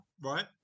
right